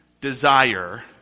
desire